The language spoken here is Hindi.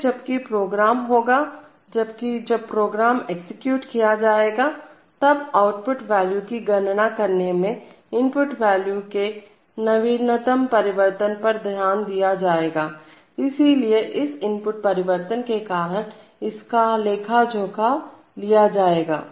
फिर जबकि प्रोग्राम होगा जबकि जब प्रोग्राम एग्जीक्यूट किया जाएगा तब आउटपुट वैल्यू की गणना करने में इनपुट वैल्यू के नवीनतम परिवर्तन पर ध्यान दिया जाएगा इसलिए इस इनपुट परिवर्तन के कारण इसका लेखा जोखा लिया जाएगा